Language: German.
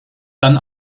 dann